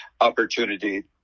opportunity